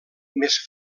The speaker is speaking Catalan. més